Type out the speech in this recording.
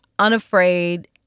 unafraid